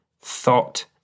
thought